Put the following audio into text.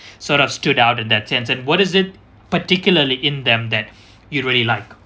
sort of stood out in that sense and what is it particularly in them that you really like